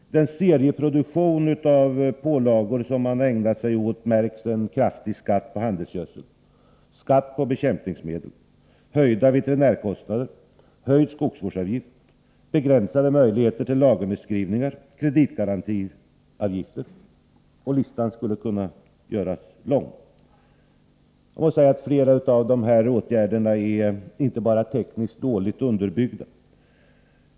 I den serieproduktion av särskilda pålagor som man har ägnat sig åt att införa märks en kraftig skatt på handelsgödsel, skatt på bekämpningsmedel, höjda veterinärkostnader, höjd skogsvårdsavgift, begränsade möjligheter till lagernedskrivningar, kreditgarantiavgifter. Listan skulle kunna göras lång. Flera av åtgärderna är inte bara tekniskt dåligt underbyggda.